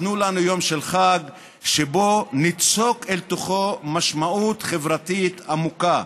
תנו לנו יום של חג שניצוק אל תוכו משמעות חברתית עמוקה,